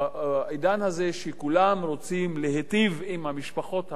בעידן הזה שכולם רוצים להיטיב עם המשפחות החלשות,